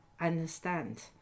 understand